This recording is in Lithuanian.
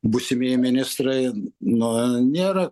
būsimieji ministrai nu nėra